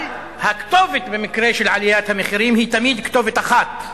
אבל הכתובת במקרה של עליית המחירים היא תמיד כתובת אחת: